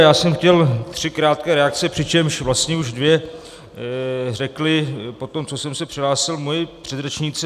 Já jsem chtěl tři krátké reakce, přičemž vlastně už dvě řekli potom, co jsem se přihlásil, moji předřečníci.